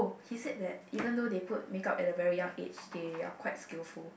he said that even though they put makeup at a very young age they are quite skillful